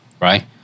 right